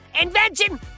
invention